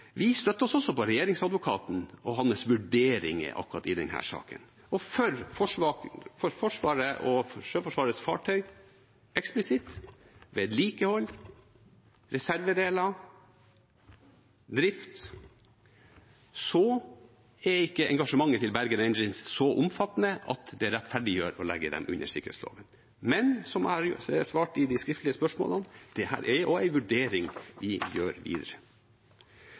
Vi støtter oss også på regjeringsadvokaten og hans vurderinger akkurat i denne saken, og for Forsvarets og Sjøforsvarets fartøyer eksplisitt – vedlikehold, reservedeler, drift – er ikke engasjementet til Bergen Engines så omfattende at det rettferdiggjør å legge dem under sikkerhetsloven. Men som jeg har svart på de skriftlige spørsmålene, er dette også en vurdering vi gjør videre.